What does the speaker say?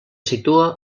situa